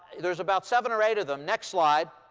there's about seven or eight of them next slide.